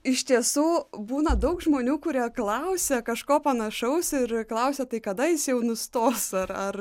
iš tiesų būna daug žmonių kurie klausia kažko panašaus ir klausia tai kada jis jau nustos ar ar